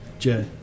Jay